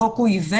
החוק הוא עיוור,